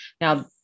Now